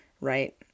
right